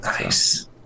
nice